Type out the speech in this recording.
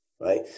right